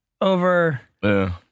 over